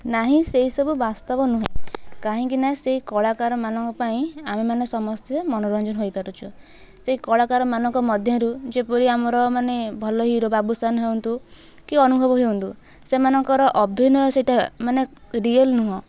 ନାହିଁ ସେହିସବୁ ବାସ୍ତବ ନୁହେଁ କାହିଁକି ନା ସେହି କଳାକାରମାନଙ୍କ ପାଇଁ ଆମେମାନେ ସମସ୍ତେ ମନୋରଞ୍ଜନ ହେଇପାରୁଛୁ ସେହି କଳାକାରମାନଙ୍କ ମଧ୍ୟରୁ ଯେପରି ଆମର ମାନେ ଭଲ ହିରୋ ବାବୁସାନ୍ ହୁଅନ୍ତୁ କି ଅନୁଭବ ହୁଅନ୍ତୁ ସେମାନଙ୍କର ଅଭିନୟ ସେଇଟା ମାନେ ରିଅଲ୍ ନୁହେଁ